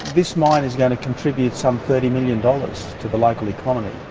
this mine is going to contribute some thirty million dollars to the local economy,